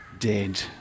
dead